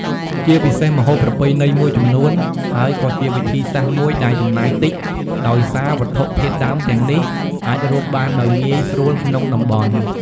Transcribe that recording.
ជាពិសេសម្ហូបប្រពៃណីមួយចំនួន ហើយក៏ជាវិធីសាស្ត្រមួយដែលចំណាយតិច ដោយសារវត្ថុធាតុដើមទាំងនេះអាចរកបានដោយងាយស្រួលក្នុងតំបន់។